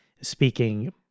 speaking